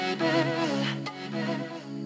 baby